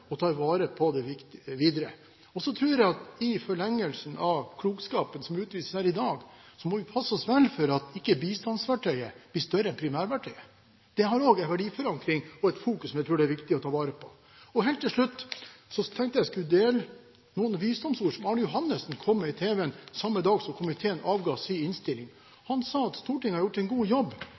og tar vare på det videre. I forlengelsen av klokskapen som utvises her i dag, må vi passe oss vel for at bistandsverktøyet ikke blir større enn primærverktøyet. Det har også en verdiforankring og et fokus som jeg tror det er viktig å ta vare på. Helt til slutt tenkte jeg å dele noen visdomsord som Arne Johannessen kom med – på tv – samme dag som komiteen avga sin innstilling. Han sa at Stortinget har gjort en god jobb,